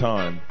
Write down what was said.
Time